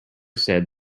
said